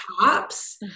tops